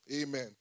amen